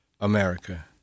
America